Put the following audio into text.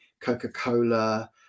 Coca-Cola